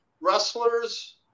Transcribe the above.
wrestlers